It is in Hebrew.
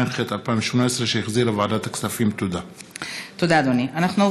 60) (תקופת לידה והורות לבן זוג של